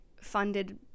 funded